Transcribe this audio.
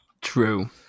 True